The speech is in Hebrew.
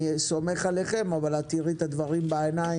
אני סומך עליכם, אבל את תראי את הדברים בעיניים,